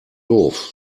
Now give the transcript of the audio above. doof